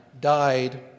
died